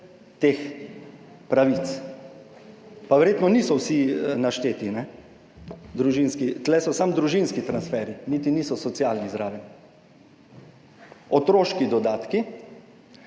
teh pravic, pa verjetno niso vsi našteti, tu so samo družinski transferji, niti niso socialni zraven. Otroški dodatki,